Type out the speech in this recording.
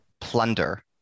Plunder